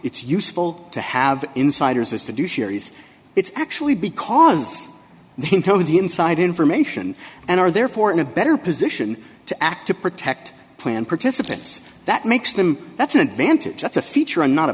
it's useful to have insiders as to do sherry's it's actually because of the inside information and are therefore in a better position to act to protect planned participants that makes them that's an advantage that's a feature not a